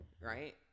Right